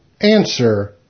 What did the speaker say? Answer